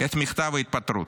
את מכתב ההתפטרות.